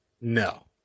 No